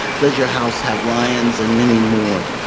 does your house have lions, and many more.